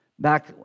back